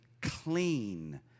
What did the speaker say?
clean